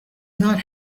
not